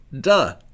Duh